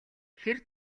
хэр